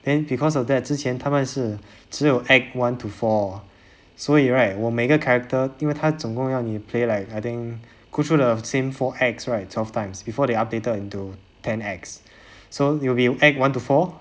then because of that 之前他们是只有 act one to four 所以 right 我每个 character 因为他总共要你 play like I think go through the same four acts right twelve times before they updated into ten acts so you will be act one to four